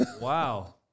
wow